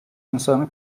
insanı